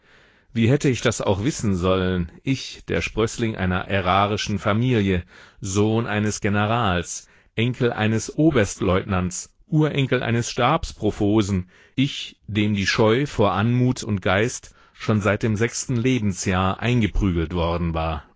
wie hätte ich das auch wissen sollen ich der sprößling einer ärarischen familie sohn eines generals enkel eines oberstleutnants urenkel eines stabsprofosen ich dem die scheu vor anmut und geist schon seit dem sechsten lebensjahr eingeprügelt worden war